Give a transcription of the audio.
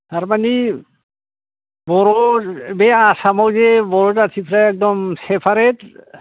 थारमानि बर' बे आसामाव जे बर' जाथिफ्रा एखदम सेपारेट